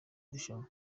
rushanwa